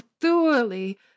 thoroughly